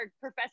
professor